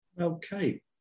Okay